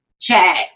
chat